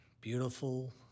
beautiful